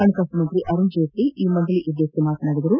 ಹಣಕಾಸು ಸಚಿವ ಅರುಣ್ ಜೇಟ್ಷ ಈ ಮಂಡಳಿ ಉದ್ದೇಶಿಸಿ ಮಾತನಾಡಿದರು